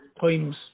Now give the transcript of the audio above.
times